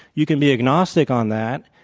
you can be agnostic on that,